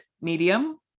medium